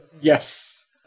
Yes